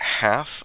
half